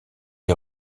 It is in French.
est